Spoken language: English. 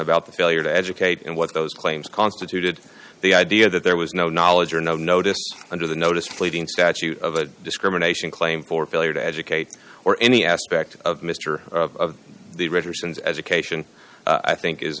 about the failure to educate and what those claims constituted the idea that there was no knowledge or no notice under the notice pleading statute of a discrimination claim for failure to educate or any aspect of mr of the richardsons education i think is